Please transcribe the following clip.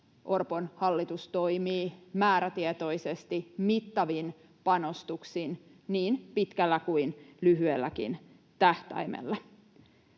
Orpon hallitus toimii määrätietoisesti mittavin panostuksin niin pitkällä kuin lyhyelläkin tähtäimellä.